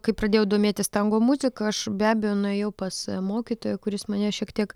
kai pradėjau domėtis tango muzika aš be abejo nuėjau pas mokytoją kuris mane šiek tiek